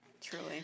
Truly